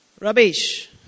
Rubbish